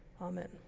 Amen